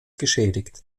geschädigt